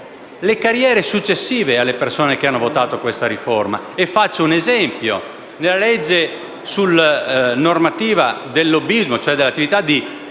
le carriere successive alle persone che hanno votato questa riforma. Faccio un esempio: nella legge sulla normativa del lobbismo, cioè dell'attività di